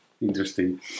Interesting